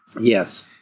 Yes